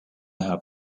näha